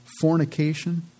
fornication